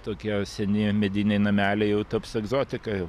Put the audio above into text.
tokie seni mediniai nameliai jau taps egzotika jau